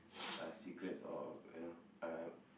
uh secrets or you know uh